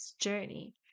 journey